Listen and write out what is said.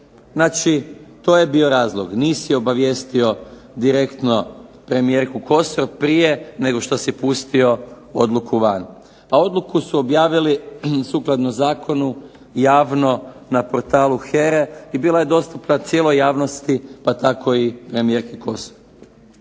Znači to je bio razlog. Nisi obavijestio direktno premijerku Kosor prije nego što si pustio odluku van, a odluku su objavili sukladno zakonu javno na portalu HERA-e i bila je dostupna cijeloj javnosti, pa tako i premijerki Kosor.